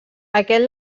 aquest